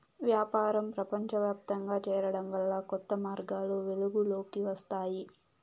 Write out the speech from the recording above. వ్యాపారం ప్రపంచవ్యాప్తంగా చేరడం వల్ల కొత్త మార్గాలు వెలుగులోకి వస్తాయి